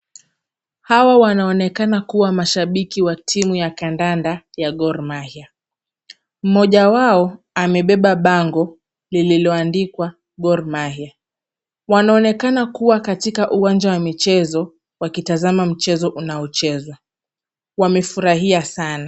Hawa wanaonekana kuwa mashabiki wa timu ya kandanda ya Gormahia. Mmoja wao amebeba bango lililoandikwa Gormahia. Wanaonekana kuwa katika uwanja wa michezo wakitazama mchezo unaochezwa. Wamefurahia sana.